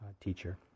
teacher